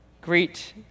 greet